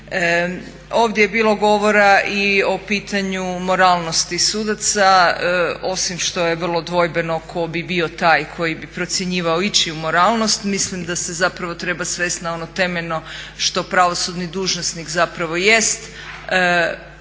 Ovdje je bilo govora i o pitanju moralnosti sudaca osim što je vrlo dvojbeno tko bi bio taj koji bi procjenjivao ići u moralnost. Mislim da se zapravo treba svesti na ono temeljno što pravosudni dužnosnik zapravo jest,